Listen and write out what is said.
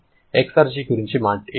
exergy గురించి ఏమిటి